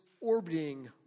orbiting